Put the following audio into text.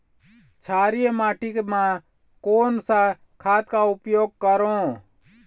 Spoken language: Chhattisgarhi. क्षारीय माटी मा कोन सा खाद का उपयोग करों?